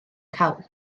cawl